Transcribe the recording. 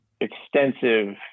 extensive